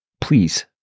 please